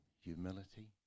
humility